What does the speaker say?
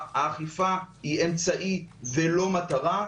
האכיפה היא אמצעי ולא מטרה,